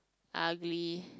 ugly